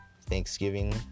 Thanksgiving